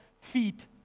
feet